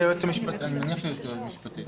אני מנכ"לית נשיאות המגזר העסקי.